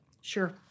Sure